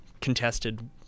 contested